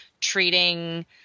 treating